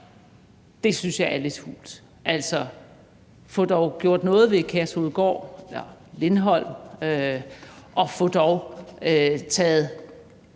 Det synes jeg er lidt hult. Få dog gjort noget ved Kærshovedgård og Lindholm, og få dog sendt